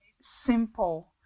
simple